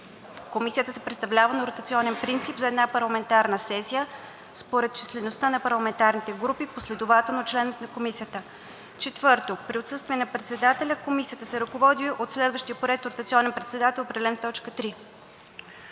Комисията се председателства на ротационен принцип за една парламентарна сесия според числеността на парламентарните групи, последователно от членовете на Комисията: … 4. При отсъствие на председателя Комисията се ръководи от следващия по ред ротационен председател, определен в т.